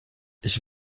ich